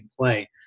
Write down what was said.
play